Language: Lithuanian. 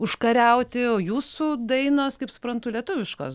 užkariauti o jūsų dainos kaip suprantu lietuviškos